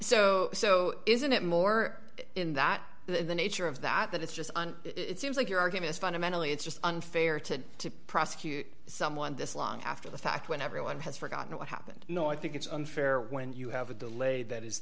so so isn't it more in that the nature of that that it's just on it seems like your argument is fundamentally it's just unfair to prosecute someone this long after the fact when everyone has forgotten what happened no i think it's unfair when you have a delay that is